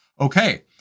Okay